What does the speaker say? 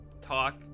Talk